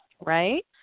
right